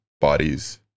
bodies